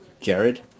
Jared